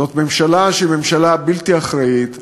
זאת ממשלה שהיא ממשלה בלתי אחראית,